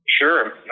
Sure